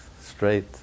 straight